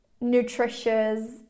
nutritious